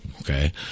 okay